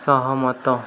ସହମତ